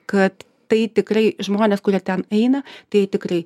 kad tai tikrai žmonės kurie ten eina tai tikrai